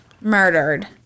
Murdered